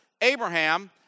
Abraham